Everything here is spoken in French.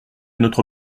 notre